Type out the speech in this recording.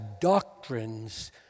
doctrines